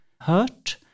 hurt